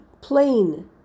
plain